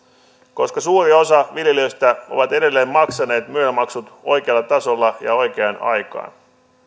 koska suuri osa viljelijöistä on edelleen maksanut myel maksut oikealla tasolla ja oikeaan aikaan